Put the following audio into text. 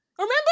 Remember